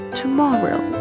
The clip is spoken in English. tomorrow